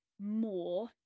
more